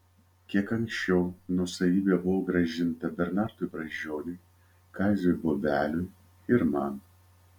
kiek anksčiau nuosavybė buvo grąžinta bernardui brazdžioniui kaziui bobeliui ir man